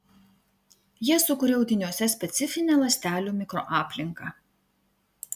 jie sukuria audiniuose specifinę ląstelių mikroaplinką